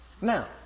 Now